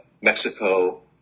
Mexico